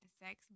sex